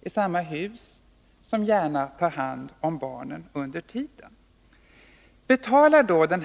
isamma hus som gärna tar hand om barnen under den tid då hustrun arbetar.